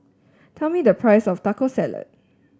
tell me the price of Taco Salad